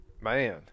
Man